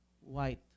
white